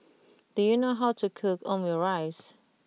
do you know how to cook Omurice